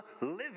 living